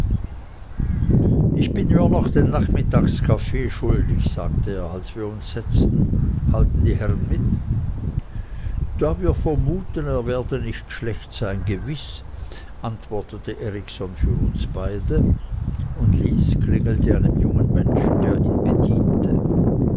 ich bin mir noch den nachmittagskaffee schuldig sagte er als wir uns setzten halten die herren mit da wir vermuten er werde nicht schlecht sein gewiß antwortete erikson für uns beide und lys klingelte einem jungen menschen der ihn bediente